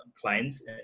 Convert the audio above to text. clients